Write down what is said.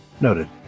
noted